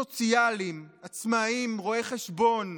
עובדים סוציאליים, עצמאים, רואי חשבון,